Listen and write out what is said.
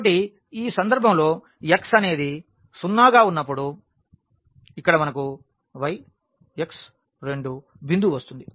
కాబట్టి ఈ సందర్భంలో x అనేది 0 గా ఉన్నప్పుడు ఇక్కడ మనకు yx 2 బిందువు వస్తుంది